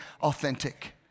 authentic